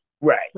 Right